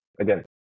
again